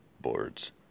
boards